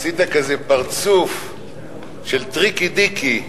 עשית כזה פרצוף של טריקי דיקי: